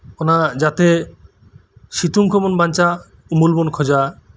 ᱚᱱᱟ ᱡᱟᱛᱮ ᱥᱤᱛᱩᱝ ᱠᱷᱚᱱ ᱵᱚᱱ ᱵᱟᱧᱪᱟᱜ ᱩᱢᱩᱞ ᱵᱚᱱ ᱠᱷᱚᱡᱟ